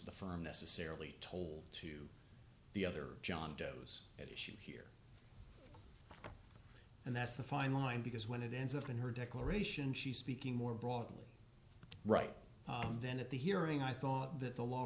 the firm necessarily told to the other john doe's at issue here and that's the fine line because when it ends up in her declaration she's speaking more broadly right then at the hearing i thought that the law